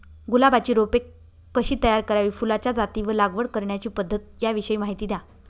गुलाबाची रोपे कशी तयार करावी? फुलाच्या जाती व लागवड करण्याची पद्धत याविषयी माहिती द्या